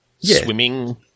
swimming